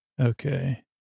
Okay